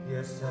Yes